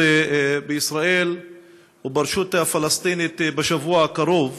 בישראל וברשות הפלסטינית בשבוע הקרוב,